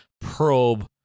probe